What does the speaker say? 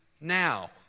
now